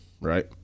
right